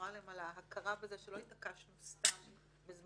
מועלם על ההכרה בזה שלא התעקשנו סתם בזמנו,